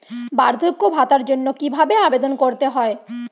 বার্ধক্য ভাতার জন্য কিভাবে আবেদন করতে হয়?